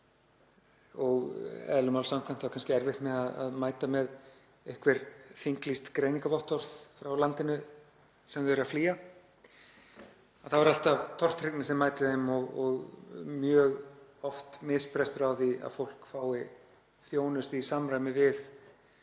og eðli máls samkvæmt á kannski erfitt með að mæta með einhver þinglýst greiningarvottorð frá landinu sem það er að flýja. Þá er alltaf tortryggni sem mætir því og mjög oft misbrestur á því að fólk fái þjónustu í samræmi við